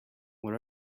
what